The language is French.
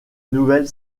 nouvelle